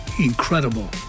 incredible